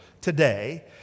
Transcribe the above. today